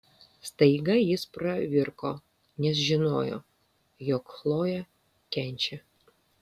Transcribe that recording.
staiga jis pravirko nes žinojo jog chlojė kenčia